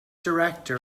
director